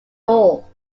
all